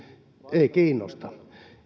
ei kiinnosta